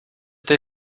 they